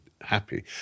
happy